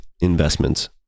investments